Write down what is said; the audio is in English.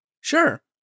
Sure